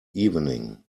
evening